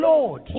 Lord